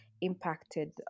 impacted